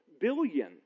billion